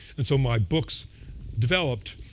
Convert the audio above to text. and so my books developed